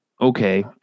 okay